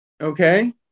okay